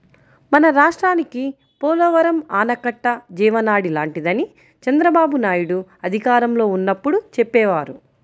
మన రాష్ట్రానికి పోలవరం ఆనకట్ట జీవనాడి లాంటిదని చంద్రబాబునాయుడు అధికారంలో ఉన్నప్పుడు చెప్పేవారు